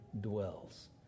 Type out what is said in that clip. dwells